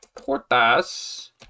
portas